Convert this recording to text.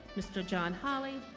mr. john hawley.